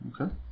Okay